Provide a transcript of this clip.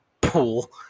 pool